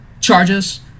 charges